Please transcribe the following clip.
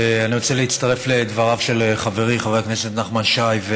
אני רוצה להצטרף לדבריו של חברי חבר הכנסת נחמן שי,